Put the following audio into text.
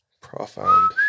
Profound